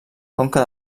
conca